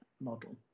model